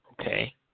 Okay